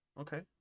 Okay